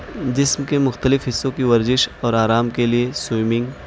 جسم کے مختلف حصوں کی ورزش اور آرام کے لیے سویمنگ